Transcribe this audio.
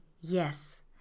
yes